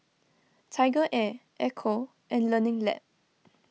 TigerAir Ecco and Learning Lab